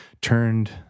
turned